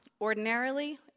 Ordinarily